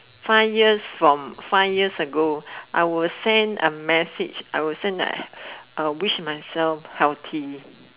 five years from five years ago I will send a message I will send that wish myself healthy